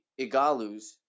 Igalus